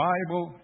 Bible